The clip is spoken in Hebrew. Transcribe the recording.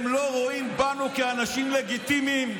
הם לא רואים בנו אנשים לגיטימיים,